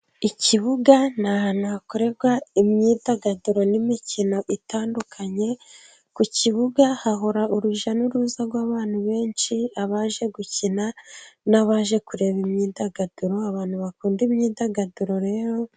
Ikibuga ni ahantu hakorerwa imyidagaduro n'imikino itandukanye, ku kibuga hahora urujya n'uruza rw'abantu benshi abaje gukina, n'abaje kureba imyidagaduro abantu bakunda imyidagaduro rero...